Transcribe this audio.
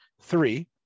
three